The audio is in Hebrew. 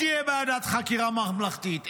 תהיה ועדת חקירה ממלכתית,